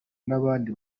n’abandi